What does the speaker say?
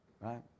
right